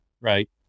right